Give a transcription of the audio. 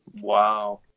Wow